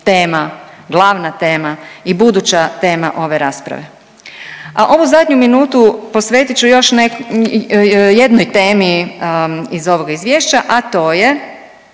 tema, glavna tema i buduća tema ove rasprave. A ovu zadnju minutu posvetit ću još .../nerazumljivo/... jednoj temi iz ovoga izvješća, a to je